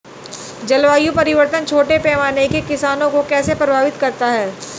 जलवायु परिवर्तन छोटे पैमाने के किसानों को कैसे प्रभावित करता है?